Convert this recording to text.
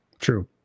True